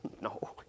No